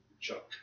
chuck